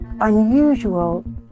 unusual